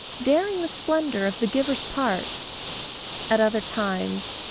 daring the splendour of the giver's part at other times,